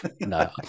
no